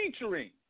featuring